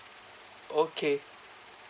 okay